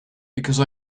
because